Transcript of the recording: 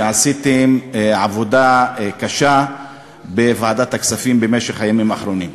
שעשיתם עבודה קשה בוועדת הכספים בימים האחרונים.